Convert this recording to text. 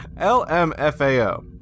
LMFAO